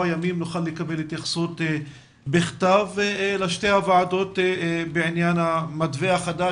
ימים נוכל לקבל התייחסות בכתב לשתי הוועדות בעניין המתווה החדש